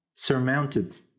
surmounted